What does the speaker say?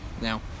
now